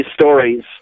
stories